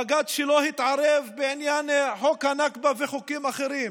בג"ץ לא התערב בעניין חוק הנכבה וחוקים אחרים.